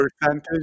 percentage